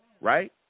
right